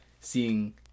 Seeing